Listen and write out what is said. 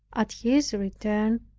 at his return,